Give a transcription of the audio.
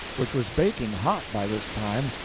which was baking hot by this time,